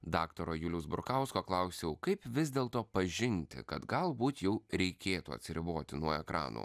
daktaro juliaus burkausko klausiau kaip vis dėl to pažinti kad galbūt jau reikėtų atsiriboti nuo ekrano